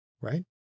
right